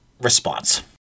response